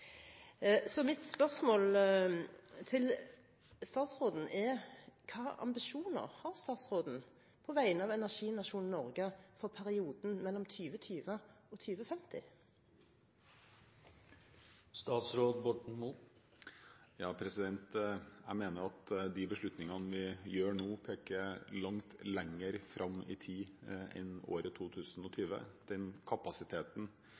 Så mitt spørsmål til statsråden er: Hvilke ambisjoner har statsråden på vegne av energinasjonen Norge for perioden 2020–2050? Jeg mener jo at de beslutningene vi gjør nå, peker mye lenger fram i tid enn året 2020. Den kapasiteten